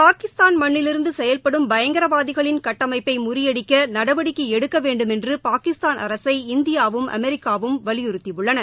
பாகிஸ்தான் மண்ணிலிருந்து செயல்படும் பயங்கரவாதிகளின் கட்டமைப்பை முறியடிக்க நடவடிக்கை எடுக்க வேண்டும் என்று பாகிஸ்தான் அரசை இந்தியாவும் அமெிக்காவும் வலியறுத்தியுள்ளன